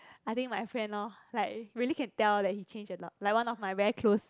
I think my friend lor like really can tell that he change a lot like one of my very close